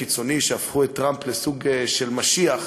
הקיצוני שהפכו את טראמפ לסוג של משיח עבורם,